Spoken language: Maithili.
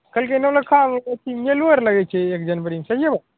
कहलकै नौलखामे अथी मेलो आर लगै छै एक जनवरीमे सहिए बात